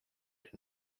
been